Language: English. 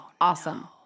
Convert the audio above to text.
awesome